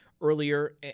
earlier